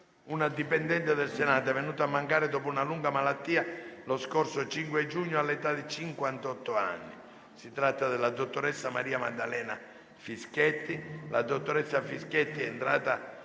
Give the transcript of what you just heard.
una dipendente del Senato venuta a mancare dopo una lunga malattia lo scorso 5 giugno, all'età di 58 anni. Si tratta della dottoressa Maria Maddalena Fischetti.